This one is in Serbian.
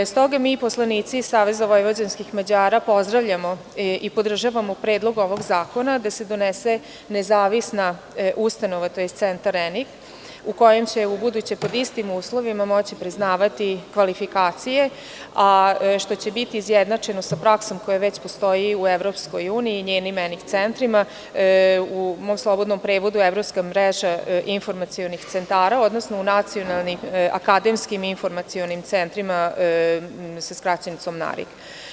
Stoga mi, poslanici Saveza vojvođanskih Mađara, pozdravljamo i podržavamo Predlog ovog zakona, da se donese nezavisna ustanova tj. centar ENIC u kojem će pod istim uslovima moći priznavati kvalifikacije, a što će biti izjednačeno sa praksom koja već postoji u EU i njenim ENIC centrima, u mom slobodnom prevodu evropske mreže informacionih centara, odnosno u nacionalnim akademskim informacionim centrima sa skraćenicom NARIC.